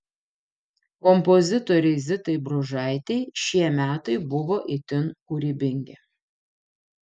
kompozitorei zitai bružaitei šie metai buvo itin kūrybingi